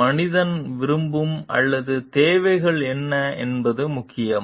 மனிதன் விரும்பும் அல்லது தேவைகள் என்ன என்பது முக்கியமா